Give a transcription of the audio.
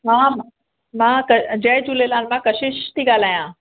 हा मां क जय झूलेलाल मां कशिश थी ॻाल्हायां